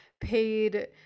paid